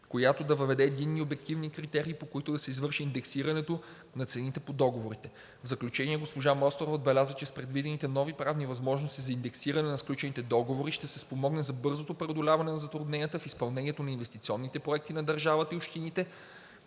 която да въведе единни и обективни критерии, по които да се извърши индексирането на цените по договорите. В заключение госпожа Мострова отбеляза, че с предвидените нови правни възможности за индексиране на сключените договори ще се спомогне за бързото преодоляване на затрудненията в изпълнението на инвестиционните проекти на държавата и общините